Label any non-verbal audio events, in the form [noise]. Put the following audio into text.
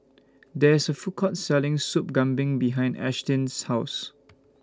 There IS A Food Court Selling Soup Kambing behind Ashtyn's House [noise]